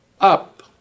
up